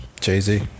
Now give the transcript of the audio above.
Jay-Z